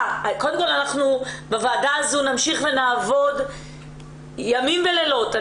בוועדה הזאת נמשיך ונעבוד ימים ולילות.